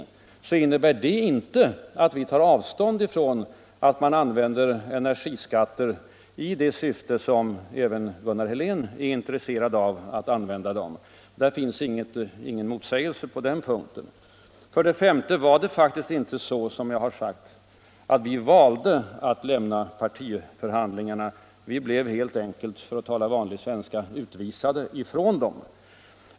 Men detta innebär inte att vi tar avstånd från att man använder energiskatter i det syfte som även Gunnar Helén är intresserad av. På den punkten finns ingen motsägelse. För det femte valde vi inte att lämna partiförhandlingarna, vilket har påståtts. Vi blev helt enkelt — för att tala vanlig svenska — utvisade ifrån dem.